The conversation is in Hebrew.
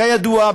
כידוע,